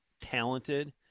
talented